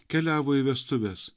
keliavo į vestuves